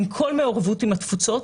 עם כל מעורבות עם התפוצות,